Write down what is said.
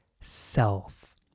self